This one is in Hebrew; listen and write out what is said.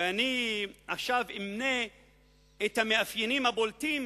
ואני אמנה עכשיו את המאפיינים הבולטים